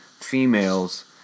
females